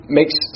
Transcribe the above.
makes